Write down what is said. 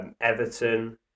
Everton